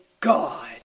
God